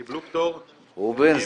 קיבלו פטור ו --- ראובן,